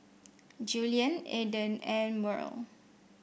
Julian Aedan and Murl